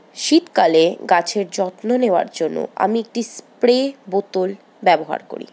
শীতকালে গাছের যত্ন নেওয়ার জন্য আমি একটি স্প্রে বোতল ব্যবহার করি